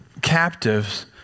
captives